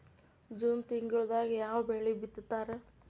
June ತಿಂಗಳದಾಗ ಯಾವ ಬೆಳಿ ಬಿತ್ತತಾರ?